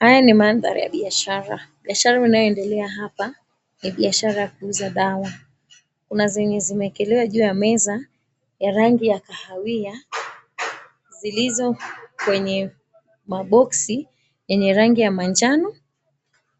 Haya ni mandhari ya biashara. Biashara inayoendelea hapa ni biashara ya kuuza dawa. Kuna zenye zimeekelewa juu ya meza ya rangi ya kahawia zilizo kwenye maboksi yenye rangi ya majano